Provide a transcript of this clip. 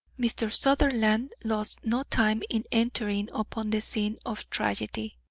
mr. sutherland lost no time in entering upon the scene of tragedy.